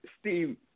Steve